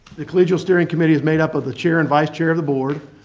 the collegial steering committee is made up of the chair and vice chair of the board,